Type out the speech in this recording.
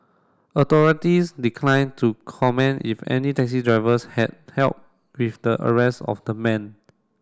authorities declined to comment if any taxi drivers had help with the arrest of the man